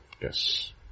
Yes